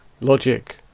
logic